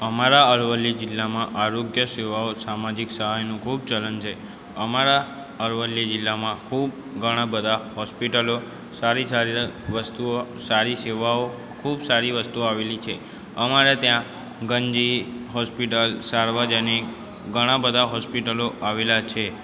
અમારા અરવલ્લી જિલ્લામાં આરોગ્ય સેવાઓ સામાજિક સહાયનું ખૂબ ચલણ છે અમારા અરવલ્લી જિલ્લામાં ખૂબ ઘણા બધા હૉસ્પિટલો સારી સારી ર વસ્તુઓ સારી સેવાઓ ખૂબ સારી વસ્તુઓ આવેલી છે અમારા ત્યાં ગંજી હૉસ્પિટલ સાર્વજનિક ઘણાં બધા હૉસ્પિટલો આવેલાં છે